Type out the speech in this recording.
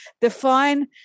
define